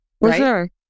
Right